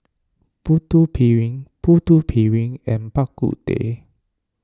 Putu Piring Putu Piring and Bak Kut Teh